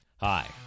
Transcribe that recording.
Hi